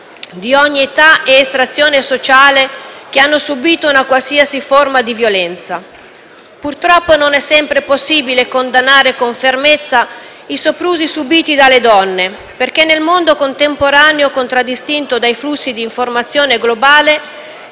di ogni età ed estrazione sociale che hanno subìto una qualsiasi forma di violenza. Purtroppo non è sempre possibile condannare con fermezza i soprusi subiti dalle donne, perché nel mondo contemporaneo, contraddistinto dai flussi di informazione globale,